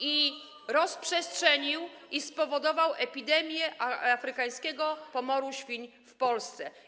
i rozprzestrzenił, spowodował epidemię afrykańskiego pomoru świń w Polsce.